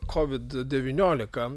covid devyniolika